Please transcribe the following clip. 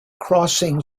crossing